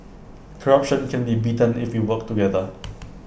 corruption can be beaten if we work together